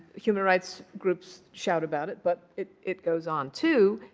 human rights groups shout about it, but it it goes on. two,